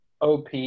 OP